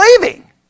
leaving